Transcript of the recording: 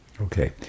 Okay